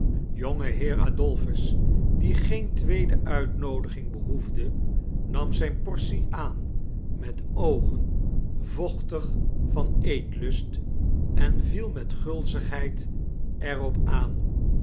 jongeheer adolphus die geen tweede uitnoodiging behoefde nam zijn portie aan met oogen vochtig van eetlust en viel met gulzigheid er op aan